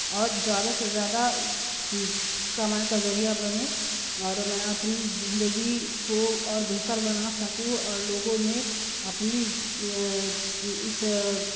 اور زیادہ سے زیادہ کمائی کا ذریعہ بنے اور میں اپنی زندگی کو اور بہتر بنا سکوں اور لوگوں میں اپنی اس